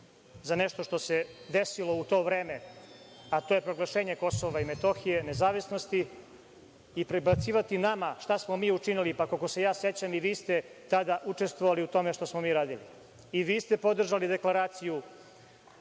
za nešto što se desilo u to vreme, a to je proglašenje KiM, nezavisnosti i prebacivati nama šta smo mi učinili, pa, koliko se ja sećam, i vi ste tada učestvovali u tome što smo mi radili. I vi ste podržali Deklaraciju